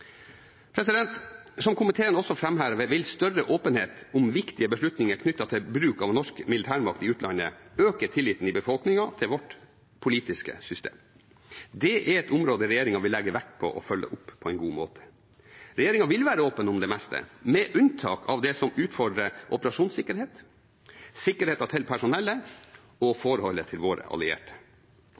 demokrati. Som komiteen også framhever, vil større åpenhet om viktige beslutninger knyttet til bruk av norsk militærmakt i utlandet øke tilliten til vårt politiske system i befolkningen. Det er et område regjeringen vil legge vekt på å følge opp på en god måte. Regjeringen vil være åpen om det meste, med unntak av det som utfordrer operasjonssikkerheten, sikkerheten til personellet og forholdet til våre allierte.